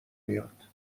میاد